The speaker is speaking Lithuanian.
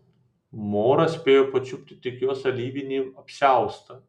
moras spėjo pačiupt tik jos alyvinį apsiaustą